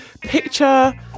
picture